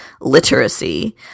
literacy